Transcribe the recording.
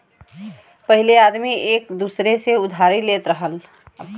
पहिले आदमी एक दूसर से उधारी लेत रहल